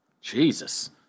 Jesus